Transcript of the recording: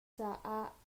caah